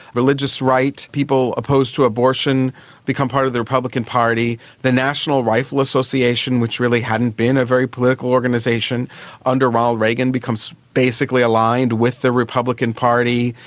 religious right people opposed to abortion become part of the republican party. party. the national rifle association which really hadn't been a very political organisation under ronald reagan becomes basically aligned with the republican party,